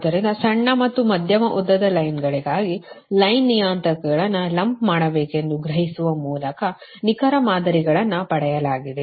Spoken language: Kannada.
ಆದ್ದರಿಂದ ಸಣ್ಣ ಮತ್ತು ಮಧ್ಯಮ ಉದ್ದದ ಲೈನ್ಗಳಿಗಾಗಿ ಲೈನ್ ನಿಯತಾಂಕಗಳನ್ನು ಲಂಪ್ ಮಾಡಬೇಕೆಂದು ಗ್ರಹಿಸುವ ಮೂಲಕ ನಿಖರ ಮಾದರಿಗಳನ್ನು ಪಡೆಯಲಾಗಿದೆ